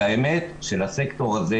והאמת שלסקטור הזה